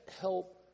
help